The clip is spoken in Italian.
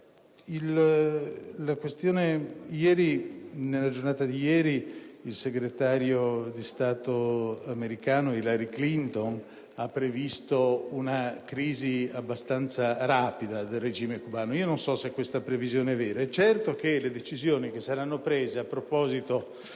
settimane fa. Nella giornata di ieri il segretario di Stato americano Hillary Clinton ha previsto una crisi abbastanza rapida del regime cubano. Non so se tale previsione sia vera; è certo che le decisioni che saranno assunte a proposito